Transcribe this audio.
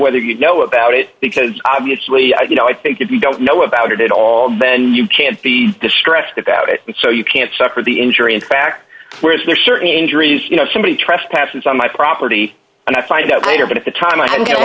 whether you know about it because obviously you know i think if you don't know about it at all then you can't be distressed about it and so you can't suffer the injury in fact whereas there are certain injuries you know somebody trespasses on my property and i find out later but at the time i had no